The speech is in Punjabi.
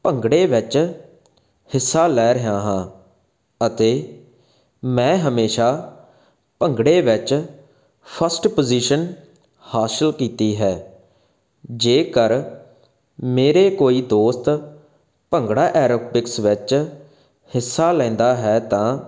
ਭੰਗੜੇ ਵਿੱਚ ਹਿੱਸਾ ਲੈ ਰਿਹਾ ਹਾਂ ਅਤੇ ਮੈਂ ਹਮੇਸ਼ਾ ਭੰਗੜੇ ਵਿੱਚ ਫਸਟ ਪੋਜੀਸ਼ਨ ਹਾਸਲ ਕੀਤੀ ਹੈ ਜੇ ਕਰ ਮੇਰੇ ਕੋਈ ਦੋਸਤ ਭੰਗੜਾ ਐਰੋਬਿਕਸ ਵਿੱਚ ਹਿੱਸਾ ਲੈਂਦਾ ਹੈ ਤਾਂ